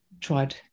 tried